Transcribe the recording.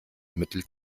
mittel